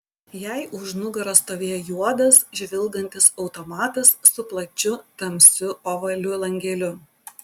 jai už nugaros stovėjo juodas žvilgantis automatas su plačiu tamsiu ovaliu langeliu